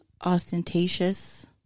ostentatious